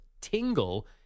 Tingle